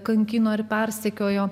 kankino ir persekiojo